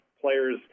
players